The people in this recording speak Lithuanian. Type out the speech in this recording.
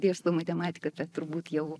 dėstau matematiką bet turbūt jau